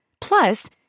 Plus